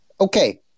Okay